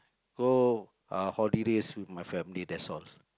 go uh holidays with my family that's all